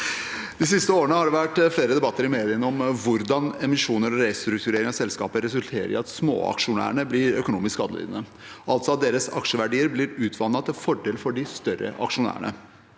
«De siste år- ene har det vært flere debatter i mediene om hvordan emisjoner og restrukturering av selskaper resulterer i at småaksjonærer blir økonomisk skadelidende, altså at deres aksjeverdier blir utvannet til fordel for de større aksjonærene.